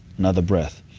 another breath.